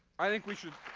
i think we should